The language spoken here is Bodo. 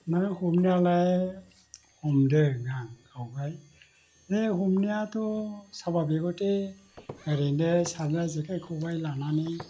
ना हमनायालाय हमदों आं आवगय बे हमनायाथ' साबा बिगथे ओरैनो सारग्रा जेखाइ खबाइ लानानै